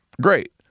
Great